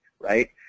right